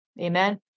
Amen